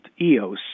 EOS